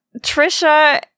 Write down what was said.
Trisha